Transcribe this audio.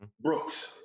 Brooks